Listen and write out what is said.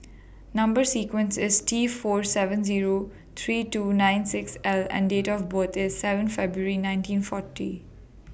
Number sequence IS T four seven Zero three two nine six L and Date of birth IS seven February nineteen forty